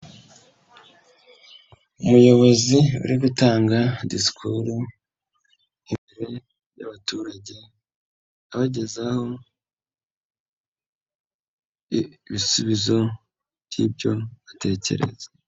Umuyobozi uri gutanga disikuru imbere y'abaturage abagezaho ibisubizo by'ibyo atekereza.